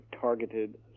targeted